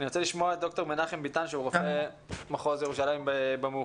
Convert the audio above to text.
אני רוצה לשמוע את ד"ר מנחם ביתן שהוא רופא מחוז ירושלים במאוחדת.